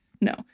No